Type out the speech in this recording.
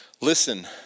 Listen